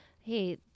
Hey